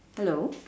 hello